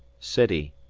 city.